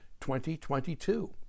2022